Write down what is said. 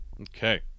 Okay